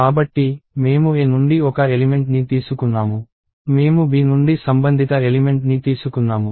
కాబట్టి మేము A నుండి ఒక ఎలిమెంట్ ని తీసుకున్నాము మేము B నుండి సంబంధిత ఎలిమెంట్ ని తీసుకున్నాను